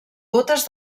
bótes